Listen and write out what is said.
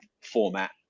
format